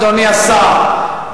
אדוני השר,